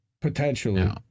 Potentially